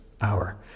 hour